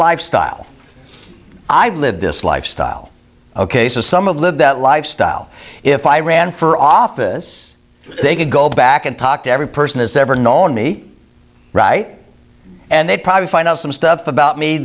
lifestyle i've lived this lifestyle ok so some of live that lifestyle if i ran for office they could go back and talk to every person has ever known me right and they'd probably find out some stuff about me